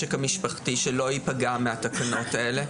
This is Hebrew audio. המשק המשפחתי שלא ייפגע מהתקנות האלה.